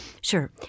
Sure